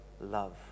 love